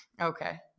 Okay